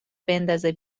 بندازه